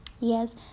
Yes